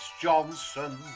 Johnson